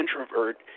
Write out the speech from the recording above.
introvert